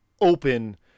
open